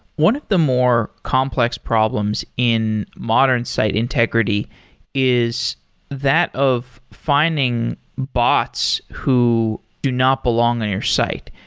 one of the more complex problems in modern site integrity is that of finding bots who do not belong in your site,